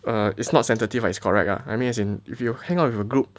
err it's not sensitive ah is correct ah I mean as in if you hang out with a group